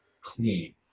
clean